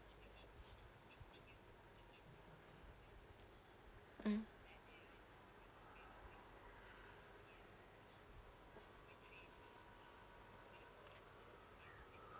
mm